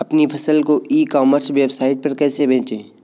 अपनी फसल को ई कॉमर्स वेबसाइट पर कैसे बेचें?